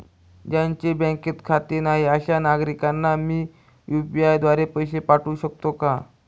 ज्यांचे बँकेत खाते नाही अशा नागरीकांना मी यू.पी.आय द्वारे पैसे पाठवू शकतो का?